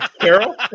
Carol